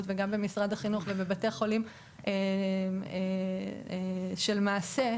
וגם במשרד החינוך ובבתי חולים של מעש"ה,